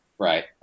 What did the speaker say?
Right